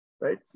right